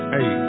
Hey